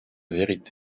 vérité